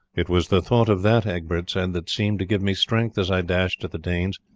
it was the thought of that, egbert said, that seemed to give me strength as i dashed at the danes.